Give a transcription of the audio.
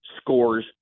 scores